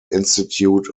institute